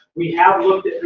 we have looked at.